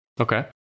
Okay